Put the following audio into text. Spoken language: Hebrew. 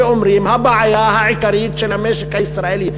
ואומרים: הבעיה העיקרית של המשק הישראלי,